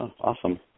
Awesome